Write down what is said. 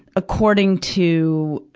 according to